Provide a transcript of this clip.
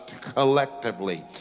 collectively